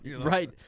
Right